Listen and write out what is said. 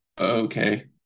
okay